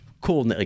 cool